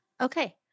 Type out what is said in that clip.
Okay